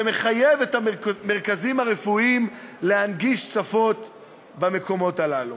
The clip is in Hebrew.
שמחייב את המרכזים הרפואיים להנגיש את המקומות הללו